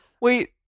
Wait